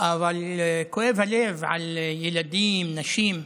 אבל כואב הלב על ילדים, נשים.